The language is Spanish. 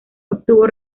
obtuvo